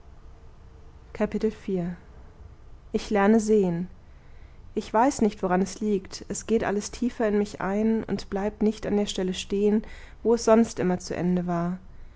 ich lerne sehen ich weiß nicht woran es liegt es geht alles tiefer in mich ein und bleibt nicht an der stelle stehen wo es sonst immer zu ende war